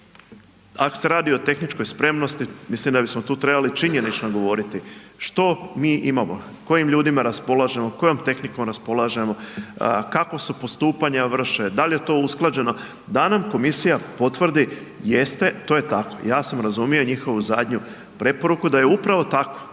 Ako se radi o tehničkoj spremnosti, mislim da bismo tu trebali činjenično govoriti, što mi imamo? Kojim ljudima raspolažemo, kojom tehnikom raspolažemo, kako se postupanja vrše, da li je to usklađeno? Da nam komisija potvrdi jeste, to je tako. Ja sam razumio njihovu zadnju preporuku da je upravo tako,